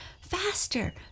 Faster